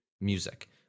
music